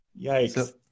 Yikes